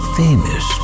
famous